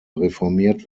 reformiert